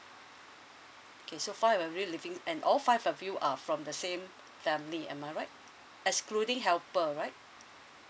okay so five of you living and all five of you are from the same family am I right excluding helper right